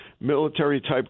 military-type